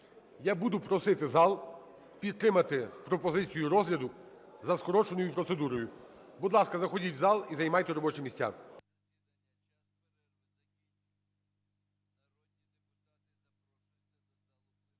Я буду просити зал підтримати пропозицію розгляду за скороченою процедурою. Будь ласка, заходіть в зал і займайте робочі місця.